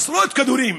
עשרות כדורים.